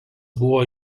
buvo